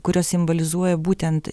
kurios simbolizuoja būtent